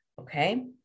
Okay